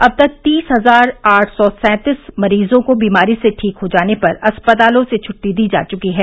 अब तक तीस हजार आठ सौ सैंतीस मरीजों को बीमारी से ठीक हो जाने पर अस्पतालों से छुट्टी दी जा चुकी है